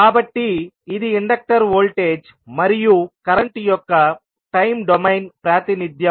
కాబట్టి ఇది inductor voltage మరియు కరెంట్ యొక్క టైమ్ డొమైన్ ప్రాతినిధ్యం